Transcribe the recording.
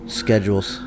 schedules